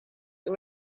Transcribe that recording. you